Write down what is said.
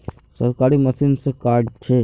सरकारी मशीन से कार्ड छै?